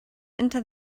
into